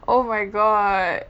oh my god